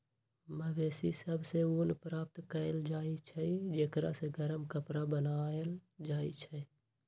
मवेशि सभ से ऊन प्राप्त कएल जाइ छइ जेकरा से गरम कपरा बनाएल जाइ छइ